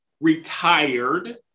retired